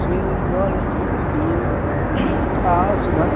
swing ball सड़ी आओ सुबह